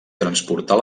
transportar